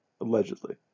Allegedly